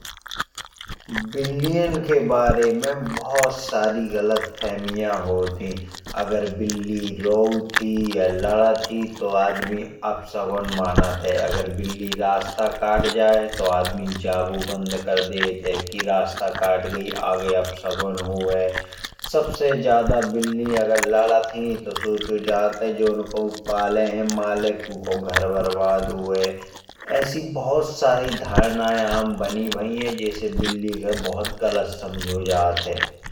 बिल्लियां के बारे में बहुत सारी गलत फैमिया होत ही। अगर बिल्ली रौट ही या लदत ही तो आदमी अपशगुन मानत है। बिल्ली रास्ता काट जाए तो आदमी जबो बंद कर देत है। कि रास्ता काट गई आगे अपशगुन होहै। सबसे ज्यादा अगर बिल्ली लदत ही तो सोचो जात है। कि जौन कौ पाले है मालिक उखो घर बरबाद होहै। ऐसी बहुत सारी आम धारणा बनी भाई है। जैसे बिल्ली को बहुत गलत समझो जात है।